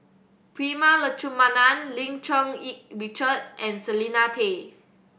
Prema Letchumanan Lim Cherng Yih Richard and Selena Tan